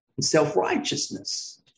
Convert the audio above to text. self-righteousness